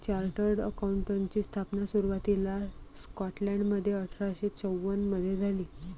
chartered अकाउंटंटची स्थापना सुरुवातीला स्कॉटलंडमध्ये अठरा शे चौवन मधे झाली